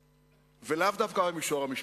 ולאו דווקא במישור המשפטי.